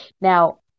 Now